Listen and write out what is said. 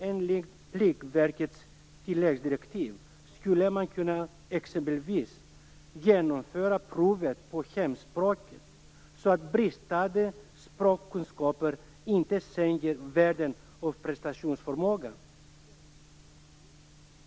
Enligt Pliktverkets tilläggsdirektiv skulle man t.ex. kunna genomföra provet på hemspråket så att bristande språkkunskaper inte sänker värdet av prestationen.